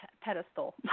pedestal